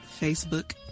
Facebook